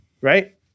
right